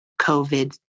COVID